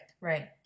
right